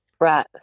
Right